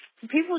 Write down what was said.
People